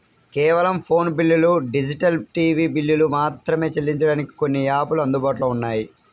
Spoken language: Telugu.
కేవలం ఫోను బిల్లులు, డిజిటల్ టీవీ బిల్లులు మాత్రమే చెల్లించడానికి కొన్ని యాపులు అందుబాటులో ఉన్నాయి